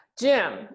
Jim